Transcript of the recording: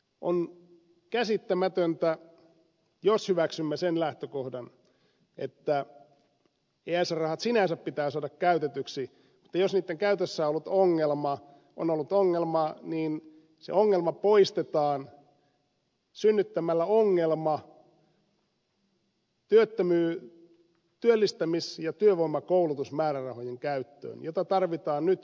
on käsittämätöntä että jos hyväksymme sen lähtökohdan että esr rahat sinänsä pitää saada käytetyiksi mutta jos niitten käytössä on ollut ongelmaa niin se ongelma poistetaan synnyttämällä ongelma työllistämis ja työvoimakoulutusmäärärahojen käyttöön joita tarvitaan nyt välittömästi